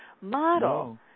model